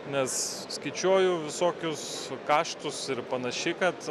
nes skaičiuoju visokius kaštus ir panašiai kad